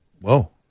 whoa